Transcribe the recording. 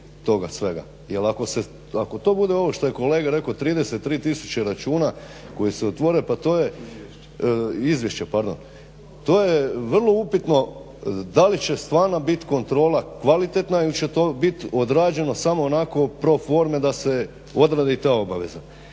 toga svega jer ako to bude ono što je kolega rekao 33 tisuće računa koji se otvore izvjšća pardon, to je vrlo upitno da li će stvarna bit kontrola kvalitetna ili će to biti odrađeno samo onako pro forme da se odradi ta obaveza.